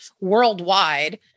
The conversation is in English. worldwide